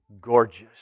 gorgeous